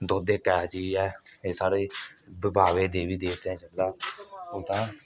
दुद्ध इक ऐसी चीज ऐ एह् साढ़े बाबे देवी देवते गी चढ़दा